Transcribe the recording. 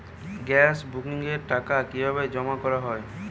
Gas বুকিংয়ের টাকা কিভাবে জমা করা হয়?